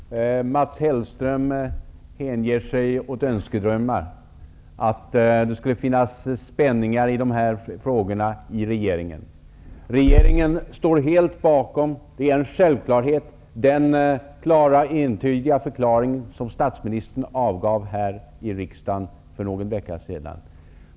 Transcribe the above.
Fru talman! Mats Hellström hänger sig åt önskedrömmar, dvs. att det skulle finnas spänningar gällande dessa frågor i regeringen. Regeringen står helt bakom - det är en självklarhet - den klara entydiga förklaring som statsministern avgav i riksdagen för någon vecka sedan.